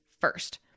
first